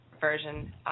version